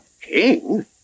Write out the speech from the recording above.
King